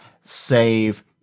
save